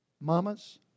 Mamas